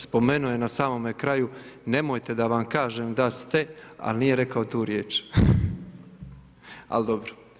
Spomenuo je na samome kraju, nemojte da vam kažem da ste, al nije rekao tu riječ, ali dobro.